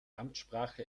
amtssprache